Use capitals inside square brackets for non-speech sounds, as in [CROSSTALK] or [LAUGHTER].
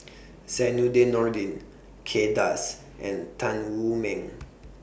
[NOISE] Zainudin Nordin Kay Das and Tan Wu Meng [NOISE]